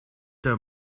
der